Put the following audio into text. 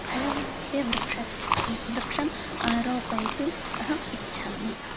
फलस्य वृक्षं वृक्षम् आरोपयितुम् अहम् इच्छामि